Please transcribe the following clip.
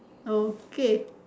okay